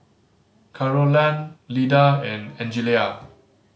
Carolann Lida and Angelia